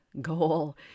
goal